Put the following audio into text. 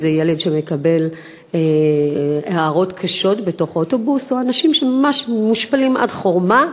ילד שמקבל הערות קשות בתוך אוטובוס או אנשים שממש מושפלים עד חורמה,